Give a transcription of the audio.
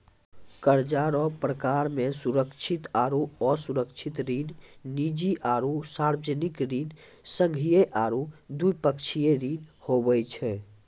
कर्जा रो परकार मे सुरक्षित आरो असुरक्षित ऋण, निजी आरो सार्बजनिक ऋण, संघीय आरू द्विपक्षीय ऋण हुवै छै